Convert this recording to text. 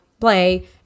play